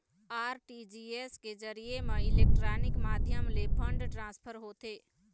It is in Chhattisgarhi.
आर.टी.जी.एस के जरिए म इलेक्ट्रानिक माध्यम ले फंड ट्रांसफर होथे